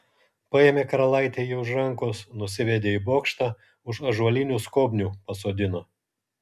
paėmė karalaitė jį už rankos nusivedė į bokštą už ąžuolinių skobnių pasodino